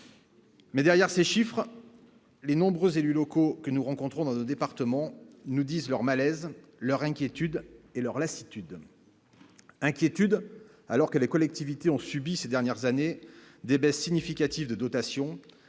mais derrière ces chiffres, les nombreux élus locaux que nous rencontrons dans le département nous disent leur malaise, leur inquiétude et leur lassitude inquiétude alors que les collectivités ont subi ces dernières années des baisses significatives de dotation